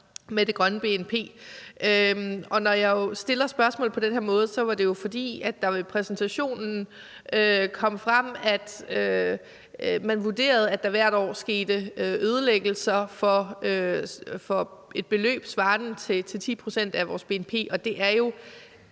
med det grønne bnp. Og når jeg stiller spørgsmålet på den her måde, er det jo, fordi det ved præsentationen kom frem, at man vurderede, at der hvert år skete ødelæggelser for et beløb svarende til 10 pct. af vores bnp, og det er jo